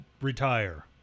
retire